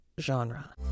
genre